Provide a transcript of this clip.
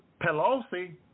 Pelosi